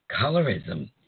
colorism